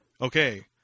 Okay